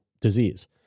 disease